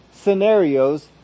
scenarios